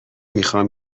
میخام